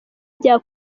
bya